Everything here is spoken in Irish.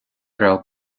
raibh